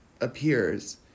appears